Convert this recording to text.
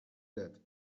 that